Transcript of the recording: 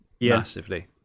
massively